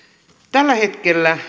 tällä hetkellä